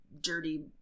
dirty